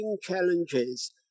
challenges